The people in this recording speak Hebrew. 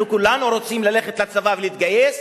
אנחנו כולנו רוצים ללכת לצבא ולהתגייס,